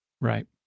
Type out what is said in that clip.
Right